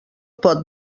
pot